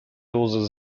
dose